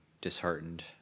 disheartened